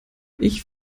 ich